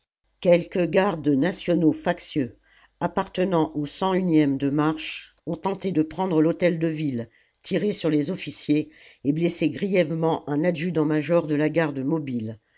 quelques gardes nationaux factieux appartenant au e de marche ont tenté de prendre l'hôtel-de-ville tiré sur les officiers et blessé grièvement un adjudantmajor de la garde mobile